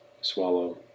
swallow